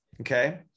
Okay